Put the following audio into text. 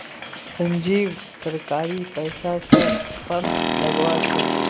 संजीव सरकारी पैसा स पंप लगवा छ